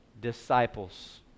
Disciples